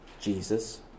Jesus